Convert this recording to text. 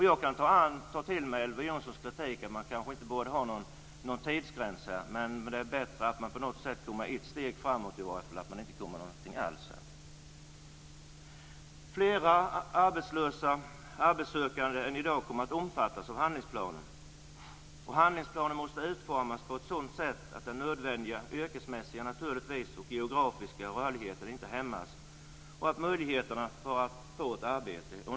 Jag kan ta till mig Elver Jonssons kritik - man borde kanske inte ha någon tidsgräns. Men det är i alla fall bättre att man tar ett steg framåt på något sätt än att man inte kommer någonvart. Fler arbetslösa sökande än i dag kommer att omfattas av handlingsplanen. Den måste utformas på ett sådant sätt att den nödvändiga yrkesmässiga och - naturligtvis - geografiska rörligheten inte hämmas.